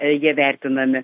jie vertinami